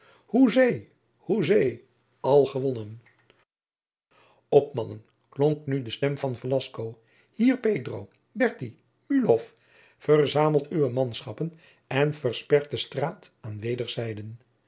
hoezee hoezee al gewonnen op mannen klonk nu de stem van velasco hier pedro berti mûlhoff verzamelt uwe manschappen en verspert de straat aan wederszijden